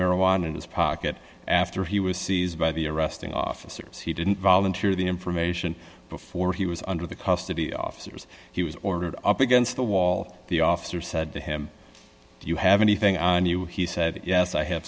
marijuana it is pocket after he was seized by the arresting officers he didn't volunteer the information before he was under the custody officers he was ordered up against the wall the officer said to him do you have anything on you he said yes i have